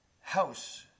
house